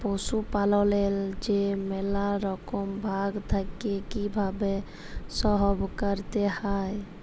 পশুপাললেল্লে যে ম্যালা রকম ভাগ থ্যাকে কিভাবে সহব ক্যরতে হয়